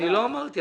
לא אמרתי.